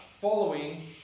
following